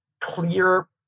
clear